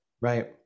Right